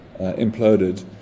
imploded